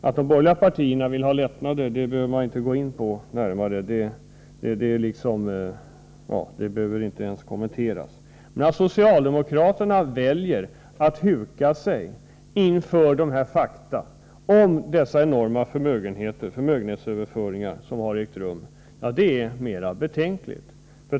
Att de borgerliga partierna vill ha skattelättnader behöver inte ens kommenteras. Men att socialdemokra terna har valt att huka sig inför dessa fakta om de enorma förmögenhetsöverföringarna är mera betänkligt.